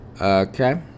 Okay